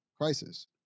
crisis